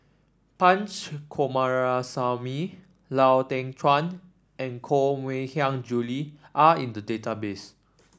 Punch Coomaraswamy Lau Teng Chuan and Koh Mui Hiang Julie are in the database